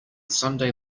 sunday